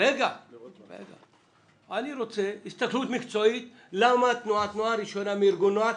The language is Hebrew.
אני רוצה הסתכלות מקצועית למה תנועת נוער היא שונה מארגון נוער.